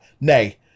Nay